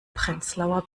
prenzlauer